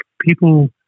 people